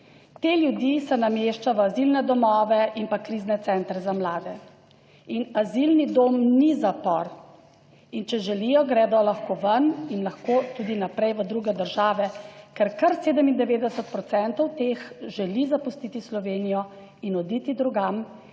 Te ljudi se namešča v azilne domove in pa krizne centre za mlade in azilni dom ni zapor in če želijo, gredo lahko ven in lahko tudi naprej v druge države, ker kar 97 procentov teh želi zapustiti Slovenijo in oditi drugam